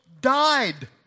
died